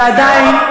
ועדיין,